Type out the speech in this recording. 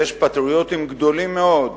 יש פטריוטים גדולים מאוד,